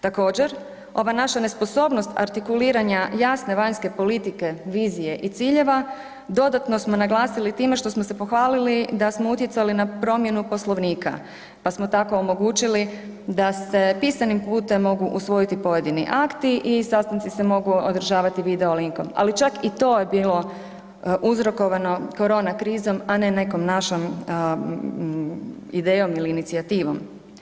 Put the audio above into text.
Također ova naša nesposobnost artikuliranja jasne vanjske politike, vizije i ciljeva dodatno smo naglasili time što smo se pohvalili da smo utjecali na promjenu Poslovnika, pa smo tako omogućili da se pisanim putem mogu usvojiti pojedini akti i sastanci se mogu održavati video linkom, ali čak i to je bilo uzrokovano korona krizom, a ne nekom našom idejom ili inicijativom.